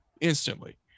instantly